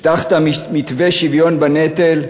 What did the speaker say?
2. הבטחת מתווה שוויון בנטל,